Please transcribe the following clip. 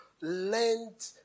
learned